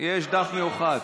יש דף מיוחד.